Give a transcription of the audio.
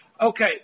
Okay